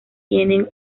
tienen